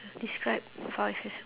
describe five years